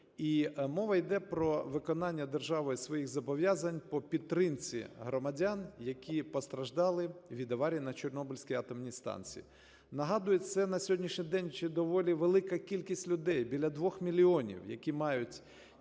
мова іде про виконання державою своїх зобов'язань по підтримці громадян, які постраждали від аварії на Чорнобильській атомній станції. Нагадую, це на сьогоднішній день ще доволі велика кількість людей, біля 2 мільйонів, які мають